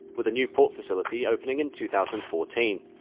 with a new port facility opening in two thousand and fourteen.